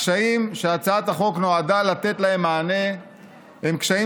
הקשיים שהצעת החוק נועדה לתת להם מענה הם קשיים